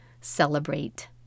celebrate